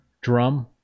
drum